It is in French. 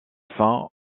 fin